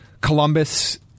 Columbus